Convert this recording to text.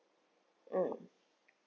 mm